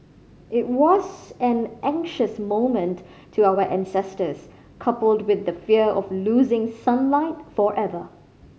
it was an anxious moment to our ancestors coupled with the fear of losing sunlight forever